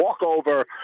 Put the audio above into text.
walkover